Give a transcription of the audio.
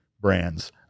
Brands